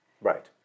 Right